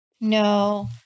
No